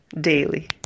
daily